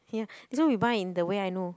ya this one we buy in the where I know